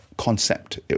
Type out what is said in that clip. concept